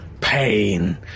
pain